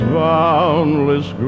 boundless